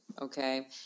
okay